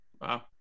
wow